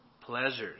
pleasures